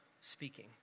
speaking